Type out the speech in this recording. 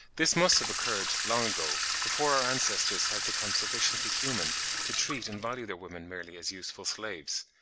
this must have occurred long ago, before our ancestors had become sufficiently human to treat and value their women merely as useful slaves.